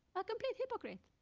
a complete hypocrite!